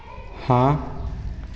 हाँ